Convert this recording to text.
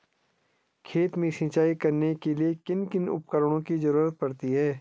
खेत में सिंचाई करने के लिए किन किन उपकरणों की जरूरत पड़ती है?